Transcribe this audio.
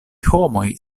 homoj